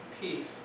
peace